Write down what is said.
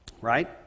right